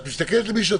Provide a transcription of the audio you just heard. את מסתכלת על מישהו,